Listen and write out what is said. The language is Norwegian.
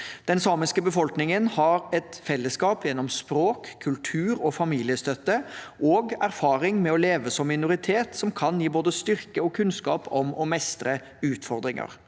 Den samiske befolkningen har et fellesskap gjennom språk, kultur og familiestøtte, og erfaring med å leve som minoritet kan gi både styrke og kunnskap om å mestre utfordringer.